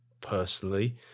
personally